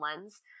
lens